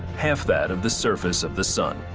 half that of the surface of the sun.